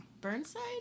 Burnside